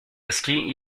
esquí